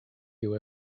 you